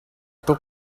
tuk